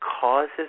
causes